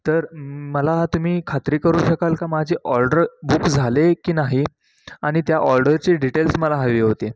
तर मला तुम्ही खात्री करू शकाल का माझी ऑर्डर बुक झाले की नाही आणि त्या ऑर्डरचे डिटेल्स मला हवे होते